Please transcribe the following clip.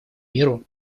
миру